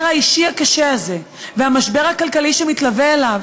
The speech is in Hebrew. האישי הקשה הזה ומהמשבר הכלכלי שמתלווה אליו,